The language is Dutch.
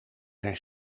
zijn